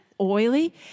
oily